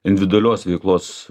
individualios veiklos